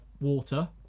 water